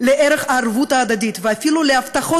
לערך הערבות ההדדית ואפילו להבטחות